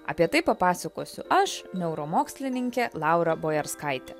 apie tai papasakosiu aš neuromokslininkė laura bojarskaitė